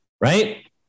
right